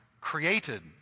created